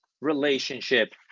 relationship